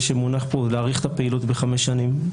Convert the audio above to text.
שמונח פה זה להאריך את הפעילות בחמש שנים.